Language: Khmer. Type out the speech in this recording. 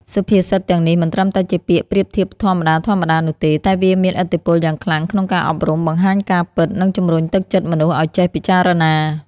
សុភាសិតទាំងនេះមិនត្រឹមតែជាពាក្យប្រៀបធៀបធម្មតាៗនោះទេ តែវាមានឥទ្ធិពលយ៉ាងខ្លាំងក្នុងការអប់រំ បង្ហាញការពិត និងជំរុញទឹកចិត្តមនុស្សឲ្យចេះពិចារណា។